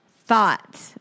thought